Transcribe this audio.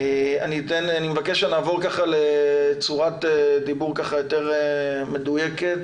אני מבקש שנעבור לצורת דיבור יותר מדויקת